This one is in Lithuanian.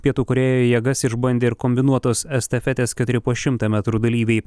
pietų korėjoje jėgas išbandė ir kombinuotos estafetės keturi po šimtą metrų dalyviai